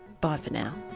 bye for now